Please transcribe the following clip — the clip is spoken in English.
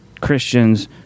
Christians